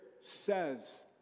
says